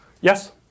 Yes